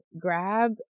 Grab